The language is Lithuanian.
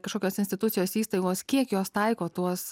kažkokios institucijos įstaigos kiek jos taiko tuos